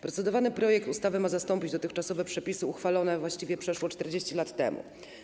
Procedowany projekt ustawy ma zastąpić dotychczasowe przepisy uchwalone przeszło 40 lat temu.